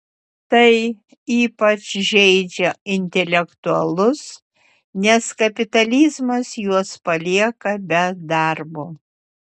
tai ypač žeidžia intelektualus nes kapitalizmas juos palieka be darbo